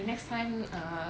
next time uh